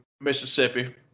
Mississippi